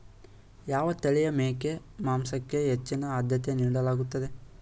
ಯಾವ ತಳಿಯ ಮೇಕೆ ಮಾಂಸಕ್ಕೆ ಹೆಚ್ಚಿನ ಆದ್ಯತೆ ನೀಡಲಾಗುತ್ತದೆ?